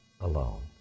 alone